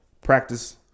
practice